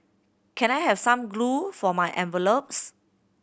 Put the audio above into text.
can I have some glue for my envelopes